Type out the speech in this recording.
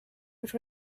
which